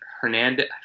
Hernandez